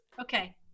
okay